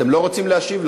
אתם לא רוצים להשיב?